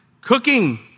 cooking